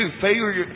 failure